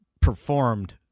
performed